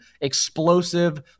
explosive